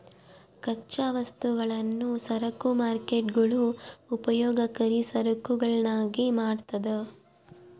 ಕಚ್ಚಾ ವಸ್ತುಗಳನ್ನು ಸರಕು ಮಾರ್ಕೇಟ್ಗುಳು ಉಪಯೋಗಕರಿ ಸರಕುಗಳನ್ನಾಗಿ ಮಾಡ್ತದ